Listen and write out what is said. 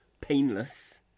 painless